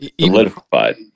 Solidified